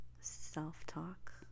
self-talk